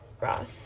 Ross